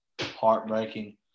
heartbreaking